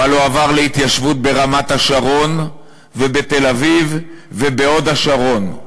אבל הוא עבר להתיישבות ברמת-השרון ובתל-אביב ובהוד-השרון.